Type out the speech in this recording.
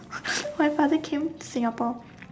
my father came Singapore